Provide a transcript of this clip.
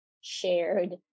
shared